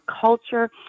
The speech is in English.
culture